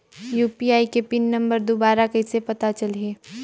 UPI के pin number दुबारा कइसे पता चलही?